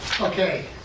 Okay